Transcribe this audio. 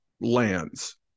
lands